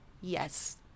yes